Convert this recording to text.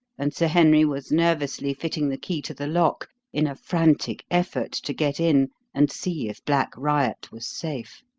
and sir henry was nervously fitting the key to the lock in a frantic effort to get in and see if black riot was safe.